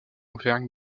auvergne